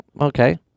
Okay